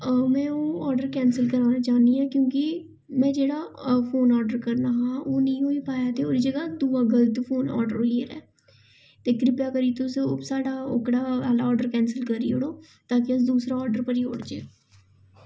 आं हून में ऑर्डर कैंसिल करना चाह्नी आं क्योंकि जेह्ड़ा फोन ऑर्डर करना हा ते ओह् होई निं पाया ते ओह्दी जगह दूआ करना ऐ ते किरपा करियै तुस साढ़ा ओह्कड़ा ऑर्डर कैंसिल करी ओड़ो क्योंकि दूसरा ऑर्डर करी सकचै